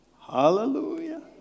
Hallelujah